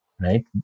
right